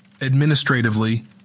Administratively